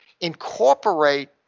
incorporate